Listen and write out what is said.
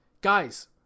guys